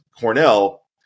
Cornell